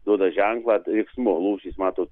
duoda ženklą riksmu lūšys matot